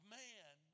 man